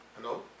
Hello